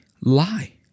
lie